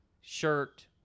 shirt